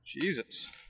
Jesus